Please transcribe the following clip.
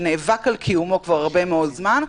שנאבק על קיומו כבר הרבה מאוד זמן,